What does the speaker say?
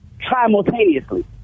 simultaneously